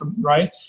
right